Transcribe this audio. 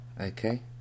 Okay